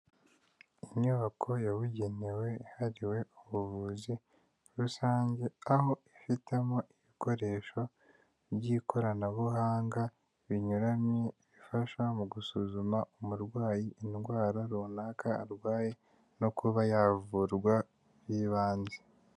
Inyubako yabugenewe ihariwe ubuvuzi rusange, aho ifitemo ibikoresho by'koranabuhanga binyuranye, bifasha mu gusuzuma umurwayi indwara runaka arwaye; no kuba yavurwa by'ibanze.